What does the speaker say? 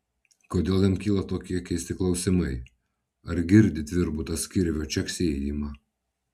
kodėl jam kyla tokie keisti klausimai ar girdi tvirbutas kirvio čeksėjimą